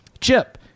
Chip